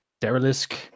Derelisk